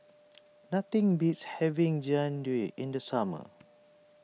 nothing beats having Jian Dui in the summer